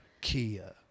Kia